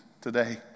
today